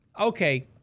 okay